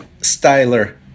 styler